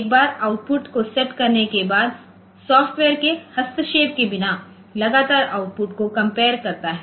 एक बार आउटपुट को सेट करने के बाद सॉफ्टवेयर के हस्तक्षेप के बिना लगातार आउटपुट को कंपेयर करता है